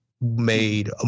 made